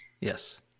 Yes